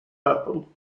purple